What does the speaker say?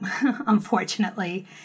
unfortunately